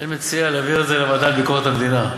אני מציע להעביר את זה לוועדה לביקורת המדינה.